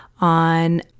on